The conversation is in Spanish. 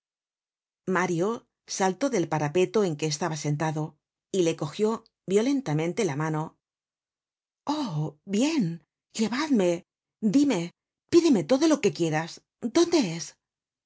mario saltó del parapeto en que estaba sentado y le cogió violentamente la mano oh bien llevadme díme pídeme todo lo que quieras dónde es